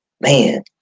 Man